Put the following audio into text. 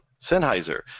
Sennheiser